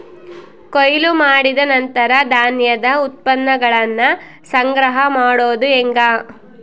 ಕೊಯ್ಲು ಮಾಡಿದ ನಂತರ ಧಾನ್ಯದ ಉತ್ಪನ್ನಗಳನ್ನ ಸಂಗ್ರಹ ಮಾಡೋದು ಹೆಂಗ?